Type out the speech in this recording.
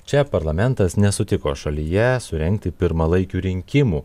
čia parlamentas nesutiko šalyje surengti pirmalaikių rinkimų